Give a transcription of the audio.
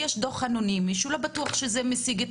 יש דוח אנונימי שלא בטוח שמשיג את